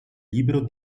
libro